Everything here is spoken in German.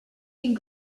den